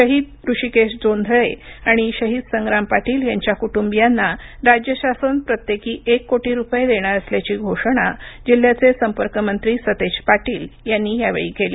शहीद ऋषिकेश जोंधळे आणि शहीद संग्राम पाटील यांच्या कुटुंबीयांना राज्य शासन प्रत्येकी एक कोटी रुपये देणार असल्याची घोषणा जिल्ह्याचे संपर्क मंत्री सतेज पाटील यांनी यावेळी केली